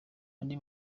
andi